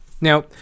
Now